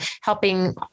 helping